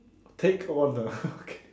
take on lah okay